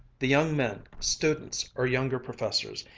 the young men, students or younger professors,